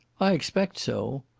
i expect so.